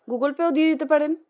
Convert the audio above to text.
Google পেও দিয়ে দিতে পারেন